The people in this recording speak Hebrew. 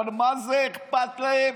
אבל מה זה אכפת להם?